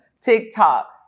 TikTok